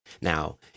Now